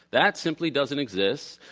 that simply doesn't exist.